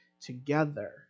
together